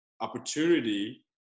opportunity